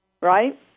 right